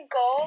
go